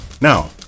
Now